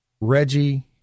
Reggie